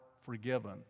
forgiven